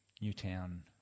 Newtown